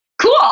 Cool